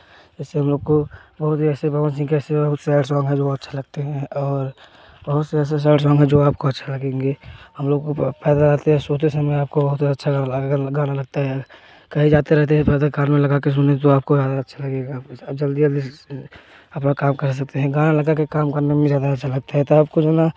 इससे हम लोग को बहुत ही ऐसे पवन सिंह कैसे हो सैड सॉन्ग है जो बहुत अच्छा लगता है और बहुत सारे सैड सॉन्ग हैं जो आपको अच्छा लगेंगे हम लोगों को फ़ायदा रहते हैं सोते समय आपको बहुत अच्छा लगेगा गाना लगता है कहीं जाते रहते हैं तो कान में लगा कर सुनें तो आपको ज़्यादा अच्छा लगेगा अब जल्दी जल्दी अपना काम कर सकते हैं गाना लगा कर काम करने में ज़्यादा अच्छा लगता है तो आपको जो है ना